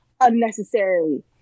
unnecessarily